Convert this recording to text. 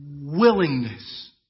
willingness